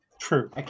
True